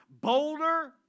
bolder